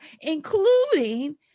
including